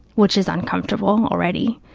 which is uncomfortable already,